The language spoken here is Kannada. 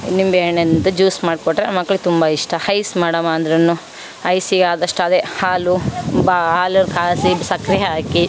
ನಿಂಬೆಹಣ್ಣನಿಂದ ಜ್ಯೂಸ್ ಮಾಡಿಕೊಟ್ರೆ ಮಕ್ಳಿಗೆ ತುಂಬ ಇಷ್ಟ ಹೈಸ್ ಮಾಡಮ್ಮ ಅಂದ್ರೂ ಐಸಿಗೆ ಆದಷ್ಟದೆ ಹಾಲು ಬಾ ಹಾಲು ಕಾಸಿ ಸಕ್ರೆ ಹಾಕಿ